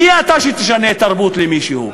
מי אתה שתשנה תרבות למישהו?